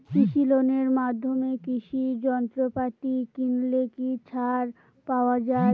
কৃষি লোনের মাধ্যমে কৃষি যন্ত্রপাতি কিনলে কি ছাড় পাওয়া যায়?